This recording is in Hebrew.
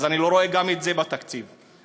אז אני לא רואה גם את זה בתקציב הבא.